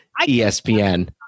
ESPN